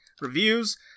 reviews